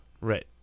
Right